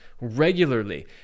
regularly